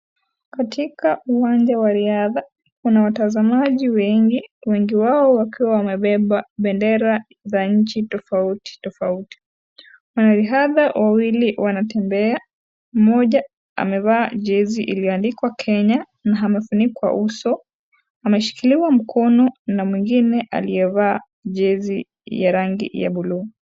Katika uwanja wa riadha kuna watazamaji wengi, wengi wao wakiwa wamebeba bendera za nchi tofauti tofauti. wanariadha wawili wanatembea mmoja amevaa jezi iliyoandikwa Kenya na amefunikwa uso ameshikiliwa mkono na mwengine aliyevaa jezi ya rangi ya buluu.